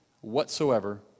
whatsoever